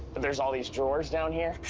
there's all these drawers down here.